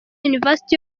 university